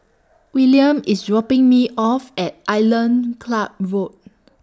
William IS dropping Me off At Island Club Road